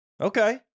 Okay